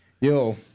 Yo